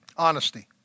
Honesty